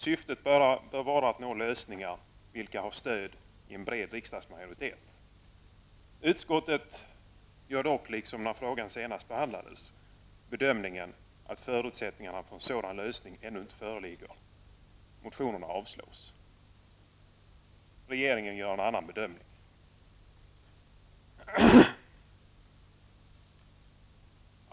Syftet bör vara att nå lösningar vilka har stöd av en bred riksdagsmajoritet. Utskottet gör dock liksom när frågan senast behandlades bedömningen att förutsättningarna för en sådan lösning ännu inte föreligger --.'' Motionerna avstyrks. Regeringen gör en annan bedömning.